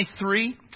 23